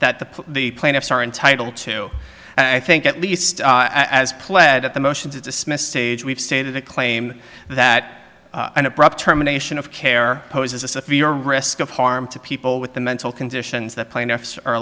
that the the plaintiffs are entitled to and i think at least as pled at the motion to dismiss stage we've stated a claim that an abrupt termination of care poses a severe risk of harm to people with the mental conditions that plaintiffs